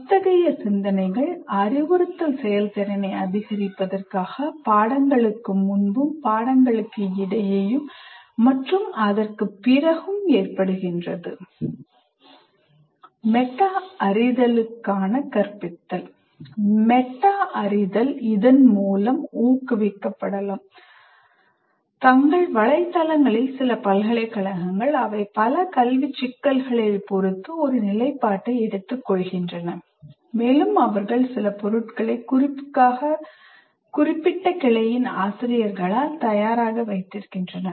இத்தகைய சிந்தனைகள் அறிவுறுத்தல் செயல்திறனை அதிகரிப்பதற்காக பாடங்களுக்கு முன்பும் பாடங்களுக்கு இடையேயும் மற்றும் அதற்குப் பிறகும் ஏற்படுகின்றது மெட்டா அறிதலுக்கான கற்பித்தல் மெட்டா அறிதல் இதன் மூலம் ஊக்குவிக்கப்படலாம் தங்கள் வலைதளங்களில் சில பல்கலைக்கழகங்கள் அவை பல கல்வி சிக்கல்களைப் பொறுத்து ஒரு நிலைப்பாட்டை எடுத்துக்கொள்கின்றன மேலும் அவர்கள் சில பொருட்களை குறிப்புக்காக குறிப்பிட்ட கிளையின் ஆசிரியர்களால் தயாராக வைத்திருக்கின்றன